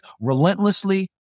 relentlessly